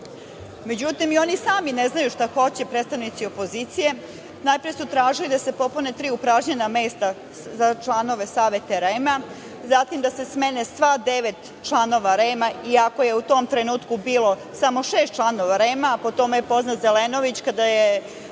opozicije sami ne znaju šta hoće. Najpre su tražili da se popune tri upražnjena mesta za članove Saveta REM, zatim da se smene svih devet članova REM, iako je u tom trenutku bilo samo šest članova REM. Po tome je poznat Zelenović, kada je